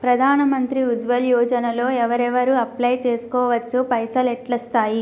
ప్రధాన మంత్రి ఉజ్వల్ యోజన లో ఎవరెవరు అప్లయ్ చేస్కోవచ్చు? పైసల్ ఎట్లస్తయి?